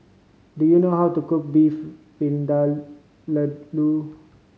do you know how to cook Beef Vindaloo